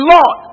Lord